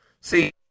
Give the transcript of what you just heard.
See